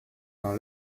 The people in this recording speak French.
dans